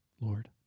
Lord